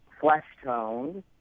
flesh-toned